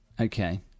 okay